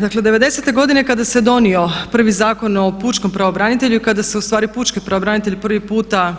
Dakle, '90-e godine kada se donio prvi Zakon o pučkom pravobranitelju i kada se ustvari pučki pravobranitelj prvi puta